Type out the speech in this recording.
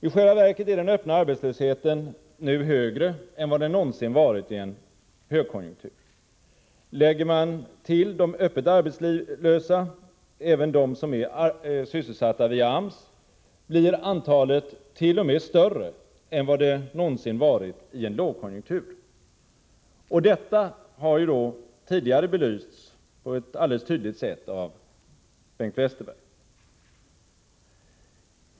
I själva verket är den öppna arbetslösheten nu högre än vad den någonsin varit i en högkonjunktur. Lägger man till de öppet arbetslösa även dem som är sysselsatta via AMS, blir antalet t.o.m. större än vad det någonsin varit i en lågkonjunktur. Detta har ju tidigare belysts på ett tydligt sätt av Bengt Westerberg.